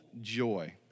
joy